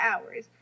hours